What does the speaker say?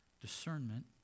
discernment